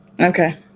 Okay